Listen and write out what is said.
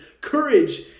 courage